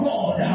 God